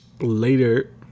Later